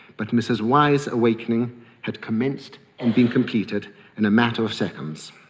but mrs y's awakening had commenced and been completed in a matter of seconds.